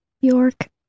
york